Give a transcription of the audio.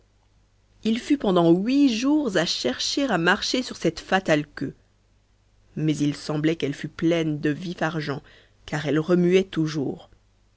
il fut pendant huit jours à chercher à marcher sur cette fatale queue mais il semblait qu'elle fût pleine de vif-argent car elle remuait toujours